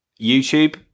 YouTube